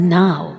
now